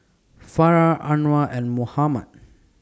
Farah Anuar and Muhammad